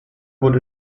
wurde